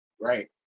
Right